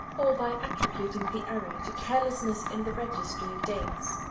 or by attributing the error to carelessness in the registry of dates.